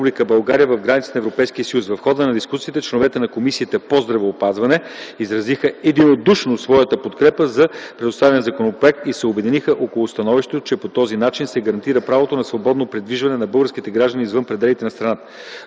България в границите на Европейския съюз. В хода на дискусията членовете на Комисията по здравеопазването изразиха единодушно своята подкрепа за представения законопроект и се обединиха около становището, че по този начин се гарантира правото на свободно придвижване на българските граждани извън пределите на страната.